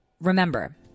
remember